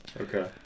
Okay